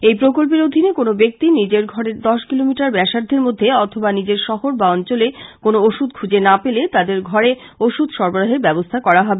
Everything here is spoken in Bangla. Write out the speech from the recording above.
এই প্রকল্পের অধীনে কোনও ব্যাক্তি নিজের ঘরের দশ কিলোমিটার ব্যাসার্ধের মধ্যে অথবা নিজের শহর বা অঞ্চলে কোনো ওষুধ খুঁজে না পেলে তাদের ঘরে ওষুধ সরবরাহের ব্যাবস্থা করা হবে